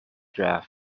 draft